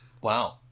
Wow